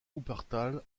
wuppertal